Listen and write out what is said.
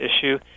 issue